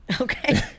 Okay